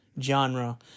genre